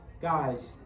Guys